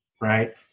right